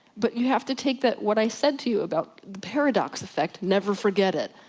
but you have to take that, what i said to you about the paradox effect, never forget it.